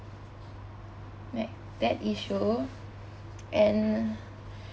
like that issue and